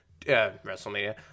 WrestleMania